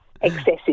excessive